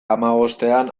hamabostean